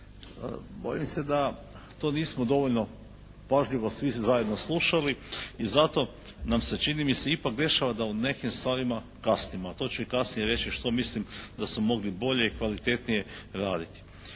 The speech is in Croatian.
Bojim se da to nismo dovoljno pažljivo svi zajedno slušali. I zato nam se čini mi se ipak dešava da u nekim stvarima kasnimo. A to ću i kasnije reći što mislim da su mogli bolje i kvalitetnije raditi.